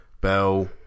Bell